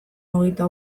hogeita